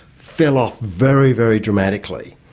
fell off very, very dramatically.